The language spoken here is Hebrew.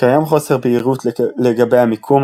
קיים חוסר בהירות לגבי המיקום,